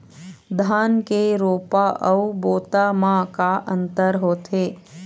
धन के रोपा अऊ बोता म का अंतर होथे?